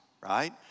right